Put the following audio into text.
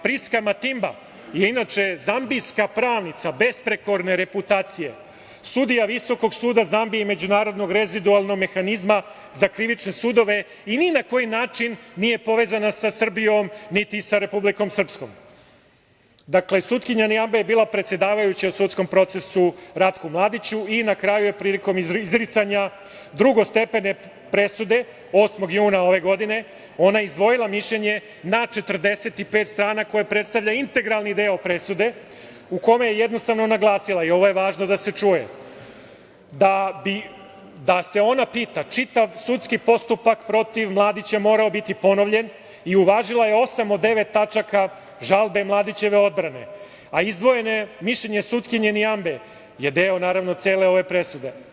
Priska Matimba, inače zambijska pravnica besprekorne reputacije, sudija Visokog suda Zambije i Međunarodnog rezidualnog mehanizma za krivične sudove i ni na koji način nije povezana sa Srbijom, niti sa Republikom Srpskom, je bila predsedavajuća u sudskom procesu Ratku Mladiću i na kraju je prilikom izricanja drugostepene presude 8. juna ove godine izdvojila mišljenje na 45 strana, koje predstavlja integralni deo presude, u kome jednostavno naglasila, i ovo je važno da se čuje, da se ona pita, čitav sudski postupak protiv Mladića morao bi biti ponovljen i uvažila je osam od devet tačaka žalbe Mladićeve odbrane, a izdvojeno mišljenje sutkinje Niambe je deo, naravno, cele ove presude.